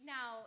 Now